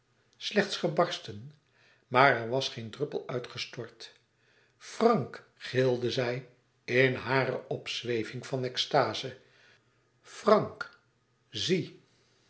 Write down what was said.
slechts gebarsten maar er was geen druppel uit gestort frank gilde zij in hare opzweving van extaze frank zie